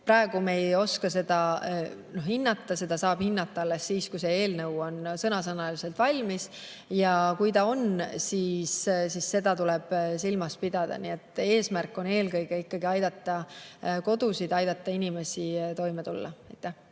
Praegu me ei oska seda hinnata. Seda saab hinnata alles siis, kui see eelnõu on sõnasõnaliselt valmis. Ja kui ta on, siis seda tuleb silmas pidada. Nii et eesmärk on eelkõige aidata kodusid, aidata inimestel toime tulla.